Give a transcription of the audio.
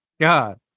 god